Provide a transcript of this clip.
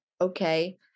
okay